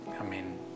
Amen